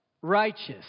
Righteous